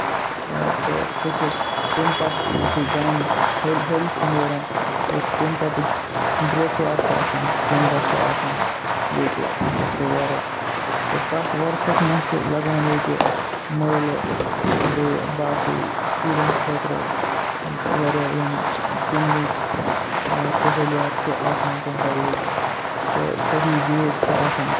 تہٕ سُہ چھُ تٔمۍ پَتہٕ یِتھُے دانہِ ہیٚول ہیٚول چھِ نیران یۄس تَمہِ پَتٕچ برٛیسوار چھِ آسان تَمہِ دۄہ چھُ آسان ییٚتہِ سُہ وۄرُس تہٕ تَتھ وۄرسس منٛز چھُ لگان ییٚتہِ مٲلہٕ بیٚیہِ باقٕے شُرین خٲطرٕ واریاہ یِم گِندنٕکۍ سہوٗلیت چھِ آسان تَمہِ دۄہ ییٚتہِ تہٕ صیحح بیٖڈ چھےٚ آسان